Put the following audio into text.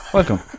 Welcome